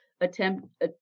attempt